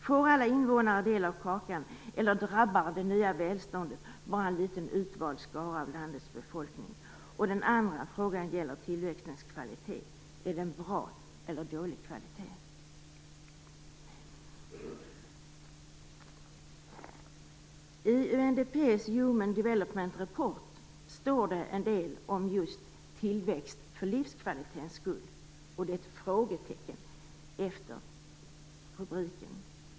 Får alla invånare del av kakan, eller berör det nya välståndet bara en liten utvald skara av landets befolkning? Den andra frågan gäller tillväxtens kvalitet: Är det bra eller dålig kvalitet? I UNDEP:s Human Development Report står det en del om just tillväxt för livskvalitetens skull. Det är ett frågetecken efter rubriken.